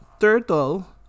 turtle